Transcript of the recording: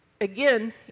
again